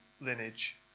lineage